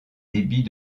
débits